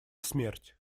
смерть